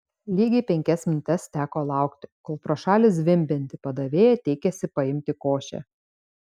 lygiai penkias minutes teko laukti kol pro šalį zvimbianti padavėja teikėsi paimti košę